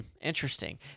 interesting